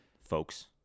Folks